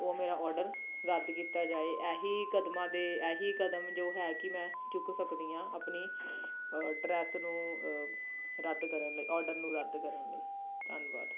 ਓ ਮੇਰਾ ਓਡਰ ਰੱਦ ਕੀਤਾ ਜਾਏ ਇਹੀ ਕਦਮਾਂ ਦੇ ਇਹੀ ਕਦਮ ਜੋ ਹੈ ਕਿ ਮੈਂ ਚੁੱਕ ਸਕਦੀ ਹਾਂ ਆਪਣੀ ਡਰੈਸ ਨੂੰ ਰੱਦ ਕਰਨ ਲਈ ਆਰਡਰ ਨੂੰ ਰੱਦ ਕਰਨ ਲਈ ਧੰਨਵਾਦ